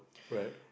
right